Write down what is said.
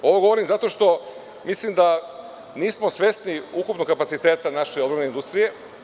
Ovo govorim zato što mislim da nismo svesni ukupnog kapaciteta naše odbrambene industrije.